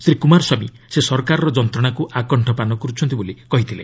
ଶ୍ରୀ କୁମାରସ୍ୱାମୀ ସେ ସରକାରର ଯନ୍ତ୍ରଣାକୁ ଆକଶ୍ଚ ପାନ କରୁଛନ୍ତି ବୋଲି କହିଥିଲେ